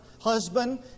husband